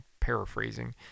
paraphrasing